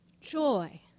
joy